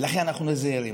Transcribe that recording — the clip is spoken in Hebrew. לכן אנחנו זהירים.